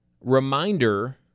reminder